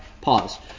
Pause